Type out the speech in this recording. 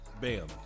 bam